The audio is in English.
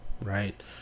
right